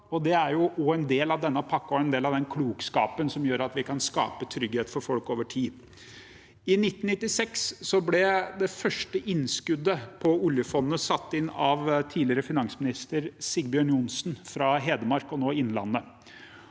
Det er jo også en del av denne pakken og en del av den klokskapen som gjør at vi kan skape trygghet for folk over tid. I 1996 ble det første innskuddet i oljefondet satt inn av tidligere finansminister Sigbjørn Johnsen fra Hedmark, nå Innlandet.